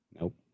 Nope